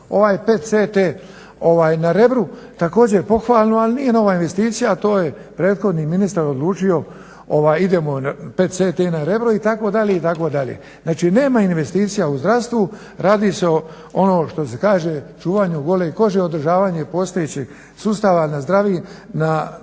Ovaj … na Rebru također pohvalno, ali nije nova investicija, to je prethodni ministar odlučio idemo … na Rebro itd. Znači nema investicija u zdravstvu, radi se o ono što se kaže čuvanju gole kože, održavanje postojećeg sustava na nogama da